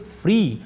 free